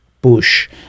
Bush